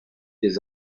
des